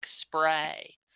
spray